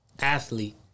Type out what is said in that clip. athlete